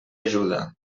ajuda